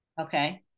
Okay